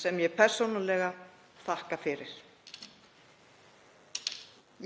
þakka persónulega fyrir það.